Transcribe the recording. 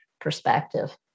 perspective